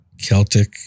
Celtic